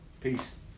Peace